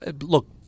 look